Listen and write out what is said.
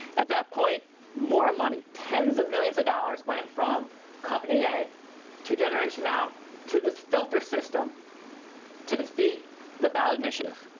at that point more money, tens of millions of dollars went from company a to generation now to this filter system to defeat the ballot initiative.